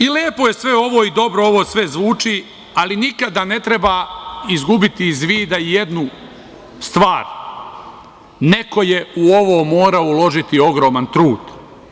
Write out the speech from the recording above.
Lepo je sve ovo i dobro ovo sve zvuči, ali nikada ne treba izgubiti iz vida jednu stvar – neko je u ovo morao uložiti ogroman trud.